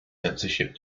censorship